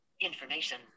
Information